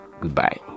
Goodbye